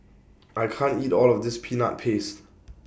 I can't eat All of This Peanut Paste